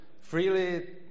freely